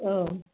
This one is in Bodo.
औ